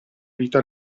vita